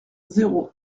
zéro